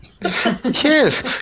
Yes